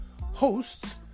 hosts